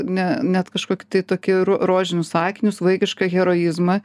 ne net kažkokį tai tokį ro rožinius akinius vaikišką heroizmą